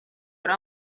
yari